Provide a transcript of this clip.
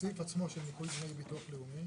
סעיפים 49-48, ניכוי דמי ביטוח לאומי